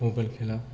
mobile खेला